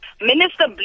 Minister